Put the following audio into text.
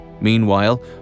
Meanwhile